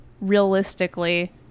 realistically